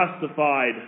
justified